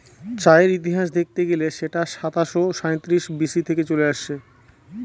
চায়ের ইতিহাস দেখতে গেলে সেটা সাতাশো সাঁইত্রিশ বি.সি থেকে চলে আসছে